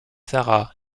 sarah